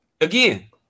again